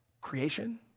creation